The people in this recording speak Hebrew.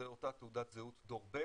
אותה תעודת זהות דור ב',